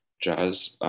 jazz